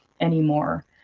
anymore